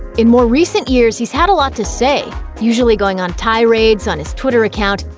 in more recent years, he's had a lot to say. usually going on tirades on his twitter account,